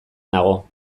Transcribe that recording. nago